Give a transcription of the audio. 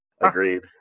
Agreed